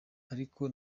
ariko